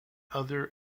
other